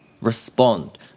respond